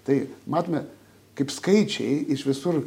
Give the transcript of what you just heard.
tai matome kaip skaičiai iš visur